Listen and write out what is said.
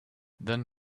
then